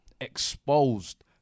Exposed